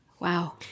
Wow